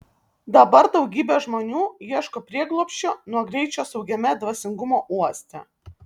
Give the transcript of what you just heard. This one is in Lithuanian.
dabar daugybė žmonių ieško prieglobsčio nuo greičio saugiame dvasingumo uoste